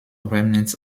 remnants